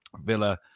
Villa